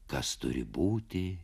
kas turi būti